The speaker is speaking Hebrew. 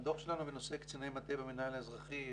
הדוח שלנו בנושא קציני מטה במינהל האזרחי,